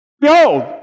Behold